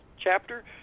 chapter